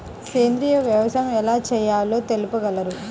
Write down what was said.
సేంద్రీయ వ్యవసాయం ఎలా చేయాలో తెలుపగలరు?